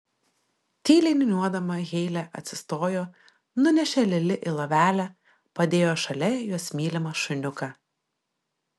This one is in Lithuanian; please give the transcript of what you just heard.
tyliai niūniuodama heilė atsistojo nunešė lili į lovelę padėjo šalia jos mylimą šuniuką